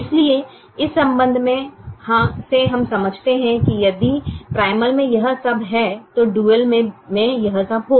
इसलिए इस संबंध से हम समझते हैं कि यदि प्राइमल में यह सब है संदर्भ समय 0737 तो डुअल में यह सब होगा